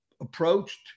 approached